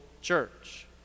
church